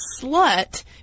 slut